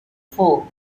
four